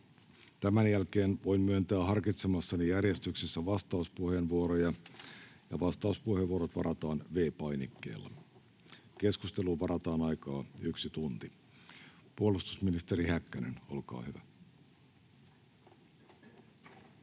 Tämän jälkeen voin myöntää harkitsemassani järjestyksessä vastauspuheenvuoroja. Vastauspuheenvuorot varataan V-painikkeella. Keskusteluun varataan aikaa yksi tunti. — Puolustusministeri Häkkänen, olkaa hyvä.